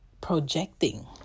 projecting